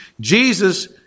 Jesus